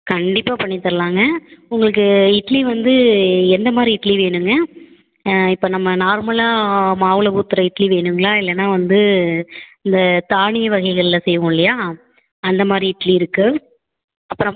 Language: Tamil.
கண்டிப்பாக பண்ணி தரலாங்க உங்களுக்கு இட்லி வந்து எந்த மாதிரி இட்லி வேணுங்க இப்போ நம்ம நார்மலாக மாவில் ஊற்றுற இட்லி வேணுங்களா இல்லைனா வந்து இந்த தானிய வகைகளில் செய்வோம் இல்லையா அந்த மாதிரி இட்லி இருக்குது அப்புறம்